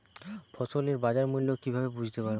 ফসলের বাজার মূল্য কিভাবে বুঝতে পারব?